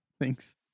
Thanks